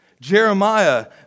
Jeremiah